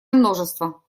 множество